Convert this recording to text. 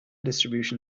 distribution